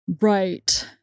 Right